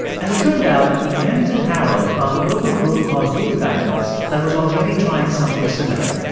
as it turned out, jens and harold found a local group called youth guidance that was already trying something similar.